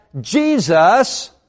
Jesus